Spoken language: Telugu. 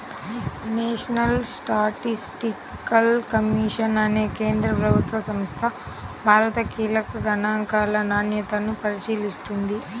నేషనల్ స్టాటిస్టికల్ కమిషన్ అనే కేంద్ర ప్రభుత్వ సంస్థ భారత కీలక గణాంకాల నాణ్యతను పరిశీలిస్తుంది